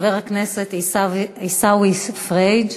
חבר הכנסת עיסאווי פריג',